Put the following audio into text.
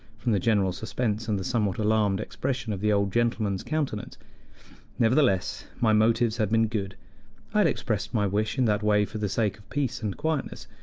from the general suspense and the somewhat alarmed expression of the old gentleman's countenance nevertheless, my motives had been good i had expressed my wish in that way for the sake of peace and quietness,